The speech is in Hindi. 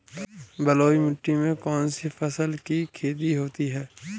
बलुई मिट्टी में कौनसी फसल की खेती होती है?